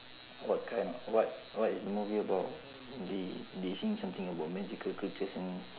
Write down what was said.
what kind what what is the movie about they they saying something about magical creatures and